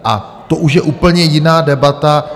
A to už je úplně jiná debata.